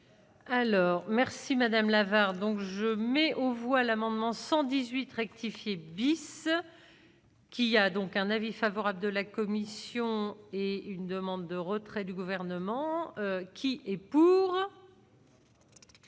Alors merci madame donc je mets aux voix l'amendement 118 rectifié ce qu'il y a donc un avis favorable de la commission et une demande de retrait du gouvernement qui est pour.